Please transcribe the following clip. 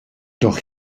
doch